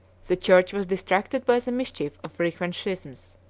the church was distracted by the mischief of frequent schisms.